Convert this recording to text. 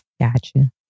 Gotcha